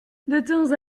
temps